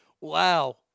Wow